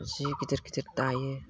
जि गिदिर गिदिर दायो